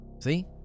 See